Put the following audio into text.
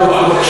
תן